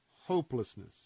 hopelessness